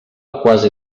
quasi